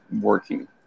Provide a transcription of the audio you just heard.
working